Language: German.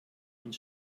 und